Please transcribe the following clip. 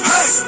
Hey